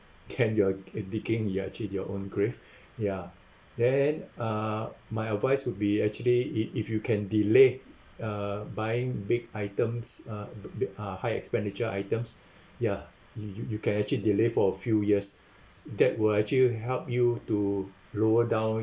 can you're uh digging your actually your own grave ya then uh my advice would be actually it if you can delay uh buying big items uh b~ b~ uh high expenditure items ya you you you can actually delay for a few years that will actually help you to lower down